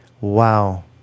wow